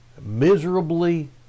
miserably